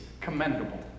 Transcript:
commendable